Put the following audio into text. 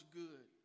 good